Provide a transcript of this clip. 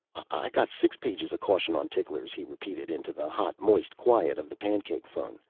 i got six pages of caution on ticklers, he repeated into the hot, moist quiet of the pancake phone.